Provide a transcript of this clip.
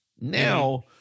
Now